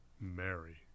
mary